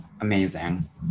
Amazing